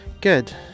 Good